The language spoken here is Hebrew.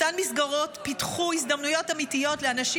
אותן מסגרות פתחו הזדמנויות אמיתיות לאנשים